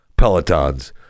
pelotons